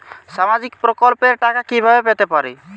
সামাজিক প্রকল্পের টাকা কিভাবে পেতে পারি?